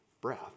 breath